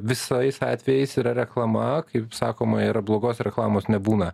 visais atvejais yra reklama kaip sakoma yra blogos reklamos nebūna